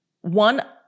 one